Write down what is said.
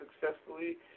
successfully